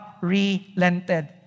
relented